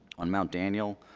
on mt. daniel